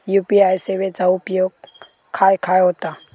UPI सेवेचा उपयोग खाय खाय होता?